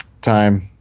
Time